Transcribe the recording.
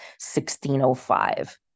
1605